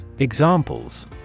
Examples